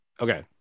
Okay